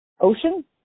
ocean